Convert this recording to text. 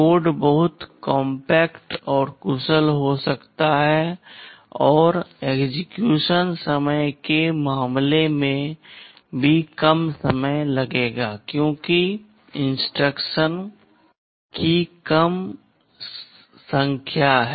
code बहुत compact और कुशल हो सकता है और एक्सेक्यूशन समय के मामले में भी कम समय लगेगा क्योंकि इंस्ट्रक्शंस की संख्या कम है